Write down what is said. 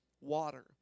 water